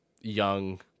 young